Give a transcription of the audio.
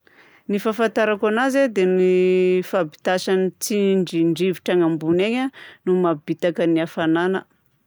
Ny fahafantarako anazy dia ny fahavitasan'ny tsindrin-drivotra eny ambony eny a no mampibitaka ny hafanana.